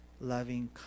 loving